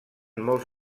molts